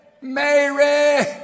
Mary